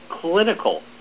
clinical